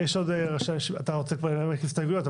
אני רוצה לנמק את ההסתייגות.